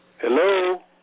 Hello